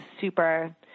super